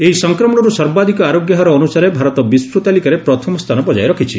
ଏହି ସଂକ୍ରମଣର୍ ସର୍ବାଧକ ଆରୋଗ୍ୟହାର ଅନୁସାରେ ଭାରତ ବିଶ୍ୱ ତାଲିକାରେ ପ୍ରଥମସ୍ଥାନ ବଜାୟ ରଖିଛି